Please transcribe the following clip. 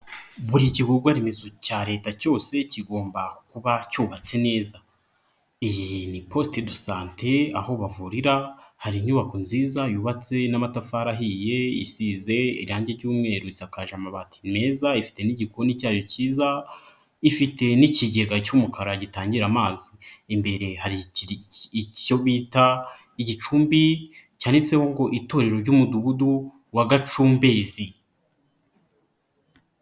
Buri gikorwa remezo cya leta cyose kigomba kuba cyubatse neza, iyi ni posite do sante aho bahurira, hari inyubako nziza yubatse n'amatafari ahiye, isize irangi ry'umweru, isakaje amabati meza, ifite n'igikoni cyayo cyiza, ifite n'ikigega cy'umukara gitangira amazi, imbere hari icyo bita igicumbi cyanditseho ngo itorero ry'Umudugudu wa Gacumbezi.